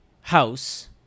house